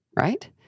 right